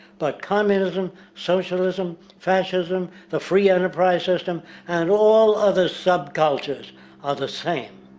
but communism, socialism, fascism, the free enterprise-system and all other sub-cultures are the same.